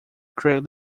create